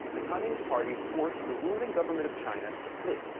the communist party forced the ruling government of china to flee.